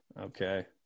Okay